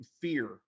fear